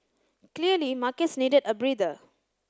clearly markets needed a breather